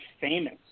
famous